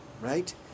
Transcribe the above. right